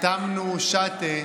תמנו שטה,